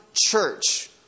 church